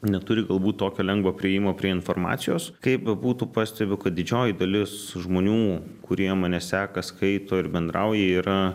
neturi galbūt tokio lengvo priėjimo prie informacijos kaip bebūtų pastebiu kad didžioji dalis žmonių kurie mane seka skaito ir bendrauja jie yra